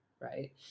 right